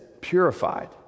purified